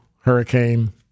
Hurricane